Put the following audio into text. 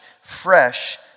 fresh